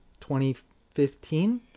2015